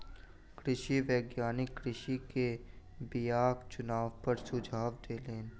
कृषि वैज्ञानिक कृषक के बीयाक चुनाव पर सुझाव देलैन